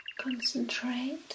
concentrate